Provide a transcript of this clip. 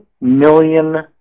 million